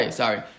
sorry